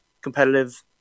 competitive